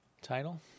Title